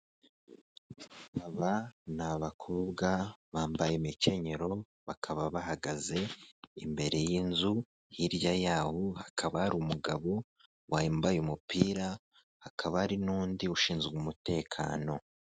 Aba ni abakobwa bambaye imikenyero bakaba bahagaze imbere y'inzu hirya yaho hakaba hari umugabo wambaye umupira hakaba hari n'undi ushinzwe umutekano .